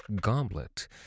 goblet